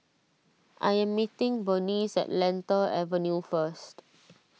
I am meeting Bernice at Lentor Avenue first